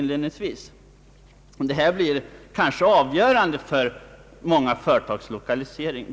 Flygförhållandena blir kanske avgörande för många företags lokalisering.